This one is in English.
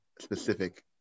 specific